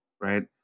right